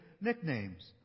nicknames